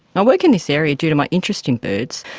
i work in this area due to my interest in birds,